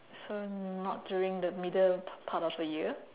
so not during the middle part of the year